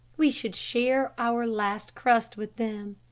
we should share our last crust with them.